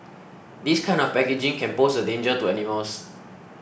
this kind of packaging can pose a danger to animals